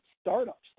startups